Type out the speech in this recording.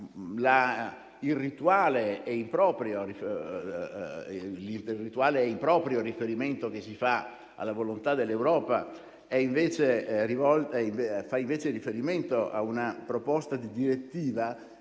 L'irrituale e l'improprio riferimento che si fa alla volontà dell'Europa fa invece riferimento a una proposta di direttiva